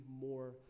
more